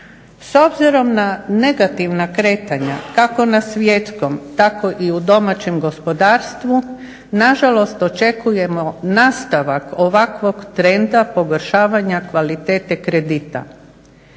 S obzirom na negativna kretanja, kako na svjetskom tako i u domaćem gospodarstvu nažalost očekujemo nastavak ovakvog trenda pogoršavanja kvalitete kredita.